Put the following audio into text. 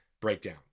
breakdown